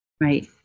right